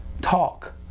talk